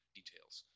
details